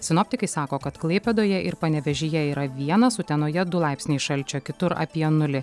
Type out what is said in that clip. sinoptikai sako kad klaipėdoje ir panevėžyje yra vienas utenoje du laipsniai šalčio kitur apie nulį